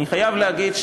אני חייב להגיד,